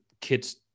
kids